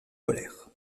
polaires